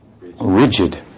rigid